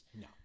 No